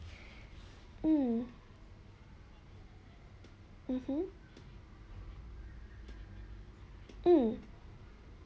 um mmhmm um